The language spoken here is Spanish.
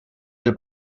del